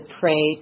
pray